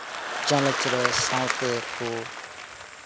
challenge ᱨᱮ ᱥᱟᱶᱛᱮ ᱠᱚ